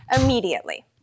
immediately